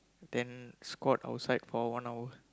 then squat outside for one hour